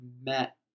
met